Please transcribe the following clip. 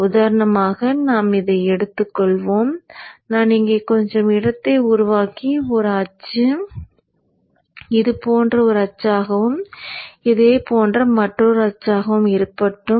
உதாரணமாக நாம் இதை எடுத்து கொள்வோம் நான் இங்கே கொஞ்சம் இடத்தை உருவாக்கி ஒரு அச்சு இது போன்ற ஒரு அச்சாகவும் இது போன்ற மற்றொரு அச்சாகவும் இருக்கட்டும்